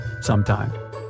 Sometime